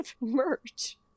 merch